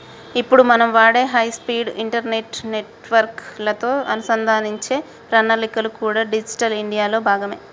ఇప్పుడు మనం వాడే హై స్పీడ్ ఇంటర్నెట్ నెట్వర్క్ లతో అనుసంధానించే ప్రణాళికలు కూడా డిజిటల్ ఇండియా లో భాగమే